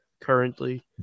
currently